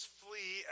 flee